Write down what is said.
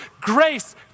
Grace